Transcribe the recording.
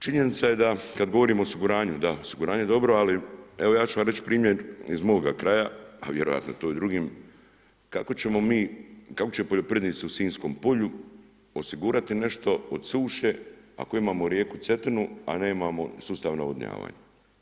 Činjenica je da kad govorimo o osiguranju da, osiguranje je dobro ali evo ja ću vam reći primjer iz moga kraja a vjerovatno je to i u drugim, kako će poljoprivrednici u Sinjskom polju osigurati nešto od suše ako imamo rijeku Cetinu a nemamo sustav navodnjavanja?